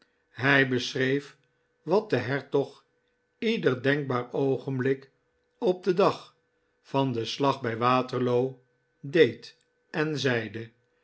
hij beschreef wat de hertog ieder denkbaar oogenblik op den dag van den slag bij waterloo deed en zeide